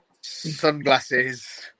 sunglasses